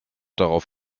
darauf